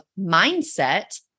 mindset